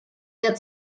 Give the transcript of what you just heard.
der